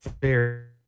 fair